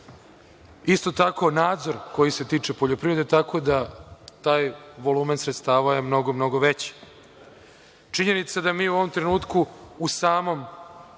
Isto tako, nadzor koji se tiče poljoprivrede, tako da taj volumen sredstava je mnogo, mnogo veći. Činjenica da mi u ovom trenutku u samom